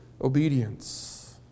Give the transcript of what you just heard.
obedience